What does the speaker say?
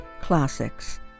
Classics